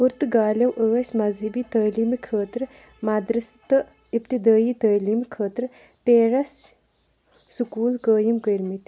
پُرتٕگالیو ٲسۍ مذۂبی تعٲلیٖمہِ خٲطرٕ مدرسہٕ تہٕ اِبتدٲیی تعٲلیٖمہِ خٲطرٕ پیرٮ۪س سکوٗل قٲیم کٔرۍمٕتۍ